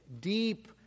deep